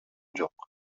жок